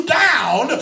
down